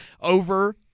over